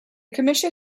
commission